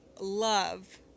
love